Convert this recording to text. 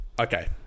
Okay